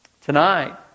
Tonight